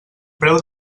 preu